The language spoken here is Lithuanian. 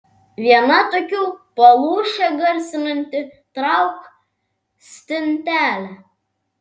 viena tokių palūšę garsinanti trauk stintelę